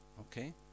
Okay